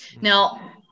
Now